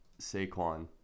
Saquon